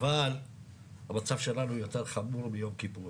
אבל המצב שלנו יותר חמור מיום כיפור.